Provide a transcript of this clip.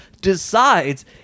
decides